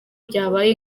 byabaye